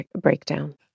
breakdown